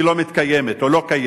היא לא מתקיימת או לא קיימת.